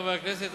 חברי חברי הכנסת,